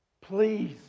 Please